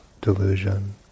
delusion